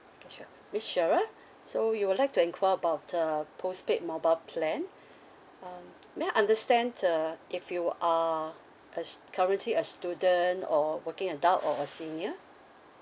okay sure miss sheryl so you would like to enquire about uh postpaid mobile plan um may I understand uh if you are a s~ currently a student or working adult or a senior